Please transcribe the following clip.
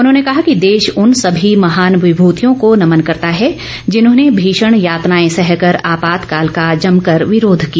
उन्होंने कहा कि देश उन सभी महान विभूतियों को नमन करता है जिन्होंने भीषण यातनाएं सहकर आपातकाल का जमकर विरोध किया